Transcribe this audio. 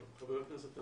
חבר הכנסת המכובד,